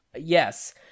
Yes